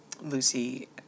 Lucy